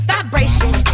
Vibration